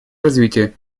развития